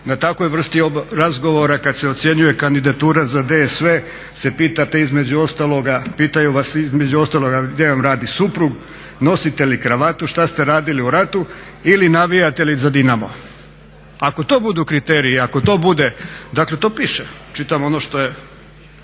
na takvoj vrsti razgovora kad se ocjenjuje kandidatura za DSV se pitate između ostaloga, pitaju vas između ostalog gdje vam radi suprug, nosite li kravatu, šta ste radili u ratu ili navijate li za Dinamo. Ako to budu kriteriji i ako to bude, dakle to piše, čitam ono što je